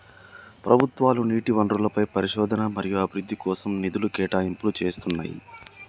ప్రభుత్వాలు నీటి వనరులపై పరిశోధన మరియు అభివృద్ధి కోసం నిధుల కేటాయింపులు చేస్తున్నయ్యి